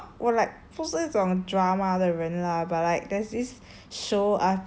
I don't really was~ I'm not 我 like 不是一种 drama 的人 lah but like there's this